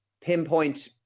pinpoint